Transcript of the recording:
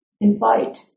invite